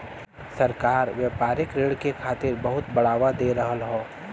सरकार व्यापारिक ऋण के खातिर बहुत बढ़ावा दे रहल हौ